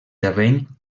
terreny